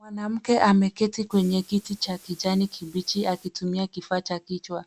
Mwanamke ameketi kwenye kiti cha kijani kibichi akitumia kifaa cha kichwa.